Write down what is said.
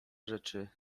rzeczy